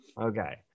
okay